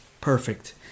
perfect